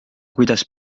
kuidas